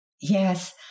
Yes